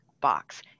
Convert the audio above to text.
box